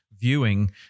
viewing